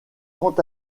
quant